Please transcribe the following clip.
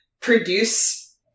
produce